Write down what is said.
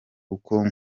kuko